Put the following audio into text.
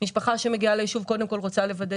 משפחה שמגיעה ליישוב קודם כל רוצה לוודא